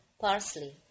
parsley